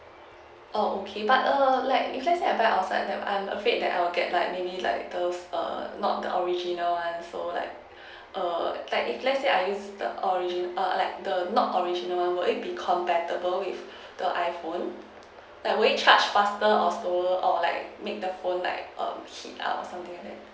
oh okay but err like if let's say I buy outside then I'm afraid that I'll get like maybe like the err not the original one so like err like if let's say I use the original err like the not original one would it be compatible with the iphone would it charge faster or slower or like make the phone like um heat up something like that